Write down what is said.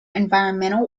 environmental